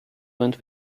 went